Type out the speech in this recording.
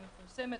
היא מפורסמת,